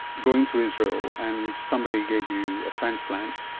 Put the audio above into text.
going to israel, and somebody gave you a transplant,